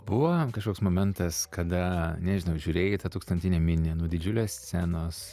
buvo kažkoks momentas kada nežinau žiūrėjai į tą tūkstantinę minią nuo didžiulės scenos